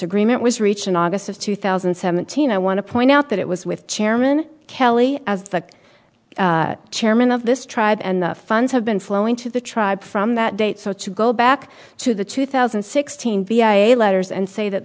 agreement was reached in august of two thousand and seventeen i want to point out that it was with chairman kelly as the chairman of this tribe and the funds have been flowing to the tribe from that date so to go back to the two thousand and sixteen v i i letters and say that